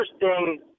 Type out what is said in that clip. interesting